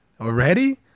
already